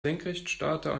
senkrechtstarter